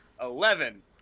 Eleven